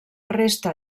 resta